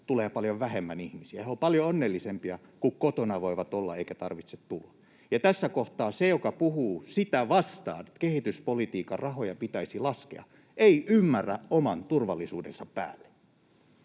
tulee paljon vähemmän ihmisiä, ja he ovat paljon onnellisempia, kun voivat olla kotona eikä tarvitse tulla tänne. Tässä kohtaa se, joka puhuu sitä vastaan, että kehityspolitiikan rahoja pitäisi laskea, ei ymmärrä oman turvallisuutensa päälle.